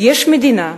יש מדינה,